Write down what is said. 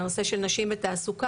הנושא של נשים בתעסוקה,